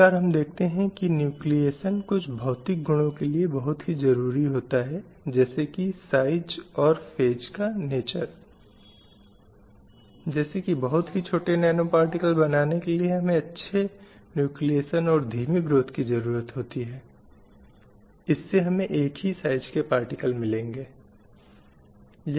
हम जानते हैं कि लिंग निर्धारण की अनुमति नहीं है कई स्थितियों में परिवार गैरकानूनी रूप से ऐसे लिंग निर्धारण करवाते हैं गर्भपात होते हैं जो भ्रूण हत्याएं होती हैं क्योंकि परिवार किसी भी तरह से लड़की को नहीं चाहता है लेकिन लड़के को पसंद करना चाहता है